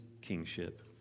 kingship